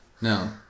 No